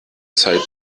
zeit